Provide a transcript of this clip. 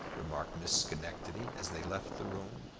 remarked miss schenectady as they left the room.